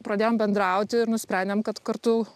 pradėjom bendrauti ir nusprendėm kad kartu